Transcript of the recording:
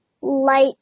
light